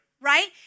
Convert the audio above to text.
right